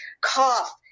cough